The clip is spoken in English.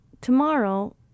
tomorrow